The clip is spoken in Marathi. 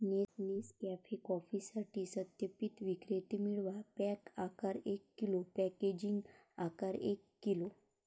नेसकॅफे कॉफीसाठी सत्यापित विक्रेते मिळवा, पॅक आकार एक किलो, पॅकेजिंग आकार एक किलो